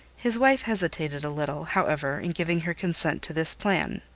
his wife hesitated a little, however, in giving her consent to this plan.